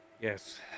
Yes